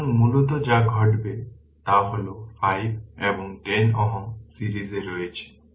সুতরাং মূলত যা ঘটে তা হল 5 এবং 10 Ω সিরিজে রয়েছে